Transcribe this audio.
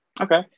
Okay